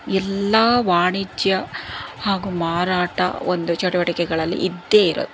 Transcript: ಎಲ್ಲ ವಾಣಿಜ್ಯ ಹಾಗೂ ಮಾರಾಟ ಒಂದು ಚಟುವಟಿಕೆಗಳಲ್ಲಿ ಇದ್ದೇ ಇರತ್ತೆ